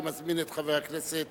אני מזמין את חבר הכנסת